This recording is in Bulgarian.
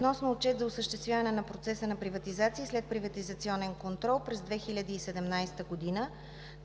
относно Отчет за осъществяване на процеса на приватизация и следприватизационен контрол през 2017 г.,